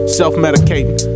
self-medicating